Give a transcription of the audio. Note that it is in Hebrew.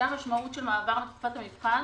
זה המשמעות של מעבר מתקופת המבחן,